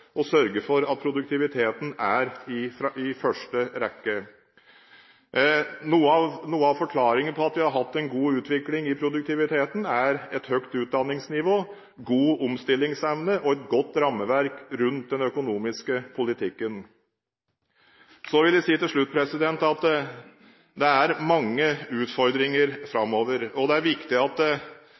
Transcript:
å sørge for at produktiviteten er i første rekke. Noe av forklaringen på at vi har hatt en god utvikling i produktiviteten, er et høyt utdanningsnivå, god omstillingsevne og et godt rammeverk rundt den økonomiske politikken. Til slutt vil jeg si at det er mange utfordringer framover. Det er viktig, som jeg sa innledningsvis, at